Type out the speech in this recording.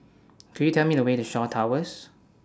Could YOU Tell Me The Way to Shaw Towers